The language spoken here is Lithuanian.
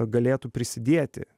galėtų prisidėti